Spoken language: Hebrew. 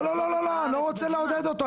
לא, לא, לא, אני לא רוצה לעודד אותו.